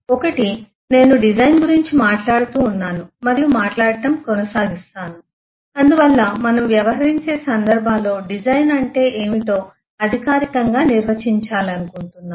ఒకటి నేను డిజైన్ గురించి మాట్లాడుతూ ఉన్నాను మరియు మాట్లాడటం కొనసాగిస్తాను మరియు అందువల్ల మనము వ్యవహరించే సందర్భాల్లో డిజైన్ అంటే ఏమిటో అధికారికంగా నిర్వచించాలనుకుంటున్నాను